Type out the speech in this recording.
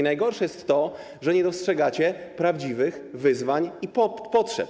Najgorsze jest to, że nie dostrzegacie prawdziwych wyzwań i potrzeb.